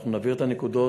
אנחנו נבהיר את הנקודות.